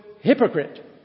hypocrite